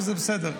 וזה בסדר,